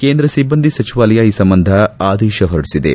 ಕೇಂದ್ರ ಸಿಬ್ಲಂದಿ ಸಚಿವಾಲಯ ಈ ಸಂಬಂಧ ಆದೇಶ ಹೊರಡಿಸಿದೆ